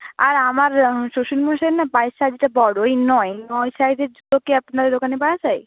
আর আমার শ্বশুরমশাইয়ের না পায়ের সাইজটা বড় ওই নয় নয় সাইজের জুতোও কি আপনার দোকানে পাওয়া যায়